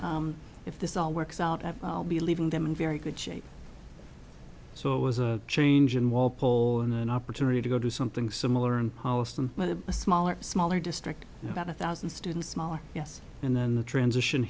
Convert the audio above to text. if this all works out well be leaving them in very good shape so it was a change in walpole in an opportunity to go to something similar and post them a smaller smaller district about a thousand students smaller yes and then the transition